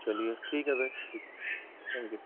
چلیئے ٹھیک ہے پھر ٹھیک ہے تھینک یو